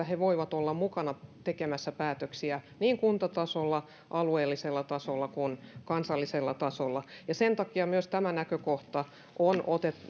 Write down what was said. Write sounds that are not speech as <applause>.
<unintelligible> he voivat olla mukana tekemässä päätöksiä niin kuntatasolla alueellisella tasolla kuin kansallisella tasolla ja sen takia myös tämä näkökohta on otettu